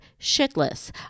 shitless